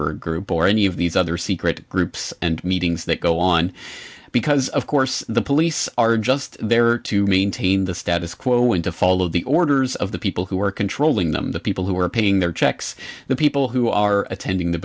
bird group or any of these other secret groups and meetings that go on because of course the police are just there to maintain the status quo and to follow the orders of the people who are controlling them the people who are paying their checks the people who are attending t